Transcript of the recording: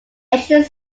ancient